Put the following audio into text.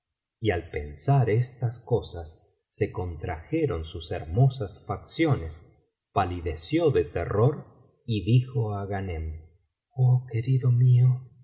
y al pensar estas cosas se contrajeron sus hermosas facciones palideció de terror y elijo á ghanern oh querido mío